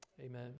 Amen